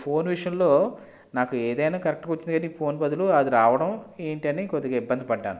ఈ ఫోన్ విషయంలో నాకు ఏదైనా కరెక్ట్గా వచ్చింది కానీ ఫోన్ బదులు అది రావడం ఏంటి అని కొద్దిగా ఇబ్బంది పడ్డాను